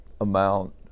amount